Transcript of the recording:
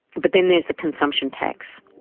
but then there's the consumption tax.